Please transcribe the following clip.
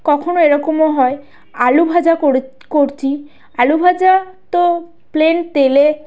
কখনও এরকমও হয় আলুভাজা করে করছি আলু ভাজা তো প্লেন তেলে